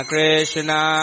Krishna